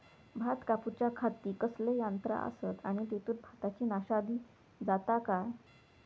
भात कापूच्या खाती कसले यांत्रा आसत आणि तेतुत भाताची नाशादी जाता काय?